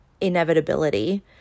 inevitability